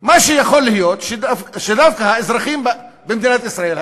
מה שיכול להיות שדווקא האזרחים במדינת ישראל,